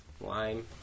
lime